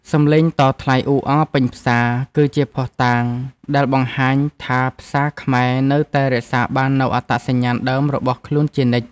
សម្លេងតថ្លៃអ៊ូអរពេញផ្សារ គឺជាភស្តុតាងដែលបង្ហាញថាផ្សារខ្មែរនៅតែរក្សាបាននូវអត្តសញ្ញាណដើមរបស់ខ្លួនជានិច្ច។